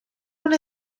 una